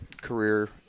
career